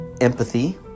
empathy